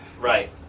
Right